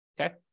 okay